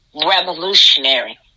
revolutionary